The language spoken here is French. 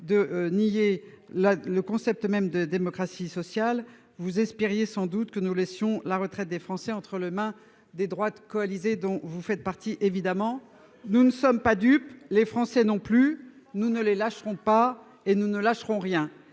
de nier le concept même de démocratie sociale, vous espériez sans doute que nous laisserions la retraite des Français entre les mains des droites coalisées, dont vous faites évidemment partie. Cela a déjà été dit ! Nous ne sommes pas dupes, les Français non plus ; nous ne les lâcherons pas, nous ne lâcherons rien.